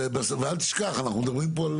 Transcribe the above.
ואל תשכח, אנחנו מדברים פה על